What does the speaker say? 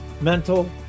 mental